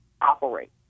operate